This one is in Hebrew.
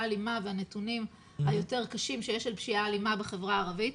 אלימה והנתונים היותר קשים שיש של פשיעה אלימה בחברה הערבית,